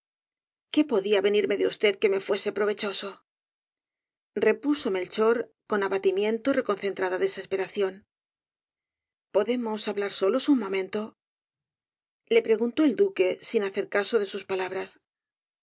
qué podía venirme de usted que me fuese provechoso repuso melchor con abatimiento y reconcentrada desesperación podemos hablar solos un momento le preguntó el duque sin hacer caso de sus palabras